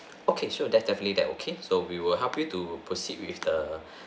okay sure that's definitely that okay so we will help you to proceed with the